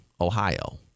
Ohio